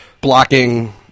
blocking